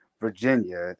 Virginia